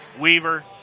Weaver